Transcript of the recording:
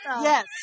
Yes